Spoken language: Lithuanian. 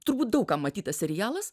turbūt daug kam matytas serialas